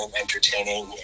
entertaining